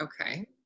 Okay